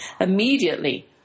Immediately